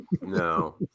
no